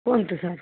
କୁହନ୍ତୁ ସାର୍